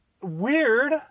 weird